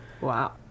Wow